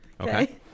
Okay